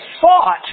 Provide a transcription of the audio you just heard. thought